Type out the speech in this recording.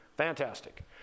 Fantastic